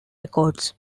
records